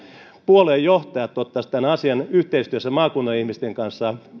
puoluejohtajat ottaisivat tämän asian yhteistyössä maakunnan ihmisten kanssa